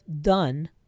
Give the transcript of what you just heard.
done